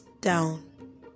down